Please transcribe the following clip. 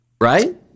right